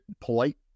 polite